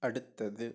அடுத்தது